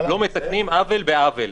עוול בעוול.